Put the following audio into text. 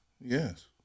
Yes